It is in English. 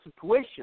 situation